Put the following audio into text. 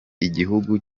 igihugu